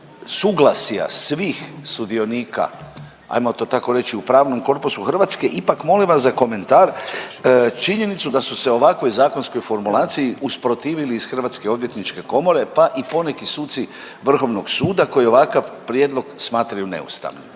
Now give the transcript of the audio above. suglasja svih sudionika, ajmo to tako reći, u pravnom korpusu Hrvatske, ipak molim vas za komentar, činjenicu da su se ovakvoj zakonskoj formulaciji usprotivili iz Hrvatske odvjetničke komore, pa i poneki suci Vrhovnog suda koji ovakav prijedlog smatraju neustavnim.